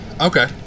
Okay